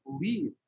believe